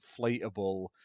inflatable